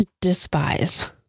despise